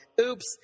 oops